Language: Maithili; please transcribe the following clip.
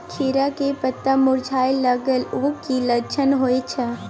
खीरा के पत्ता मुरझाय लागल उ कि लक्षण होय छै?